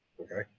Okay